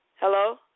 Hello